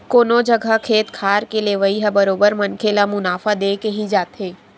कोनो जघा खेत खार के लेवई ह बरोबर मनखे ल मुनाफा देके ही जाथे